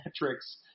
metrics